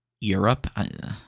Europe